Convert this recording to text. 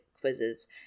quizzes